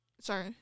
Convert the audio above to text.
sorry